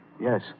Yes